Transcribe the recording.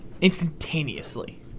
instantaneously